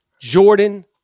Jordan